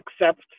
accept